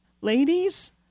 Ladies